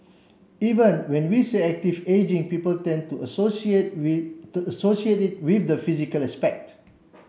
even when we say active ageing people tend to associate associate it with the physical aspect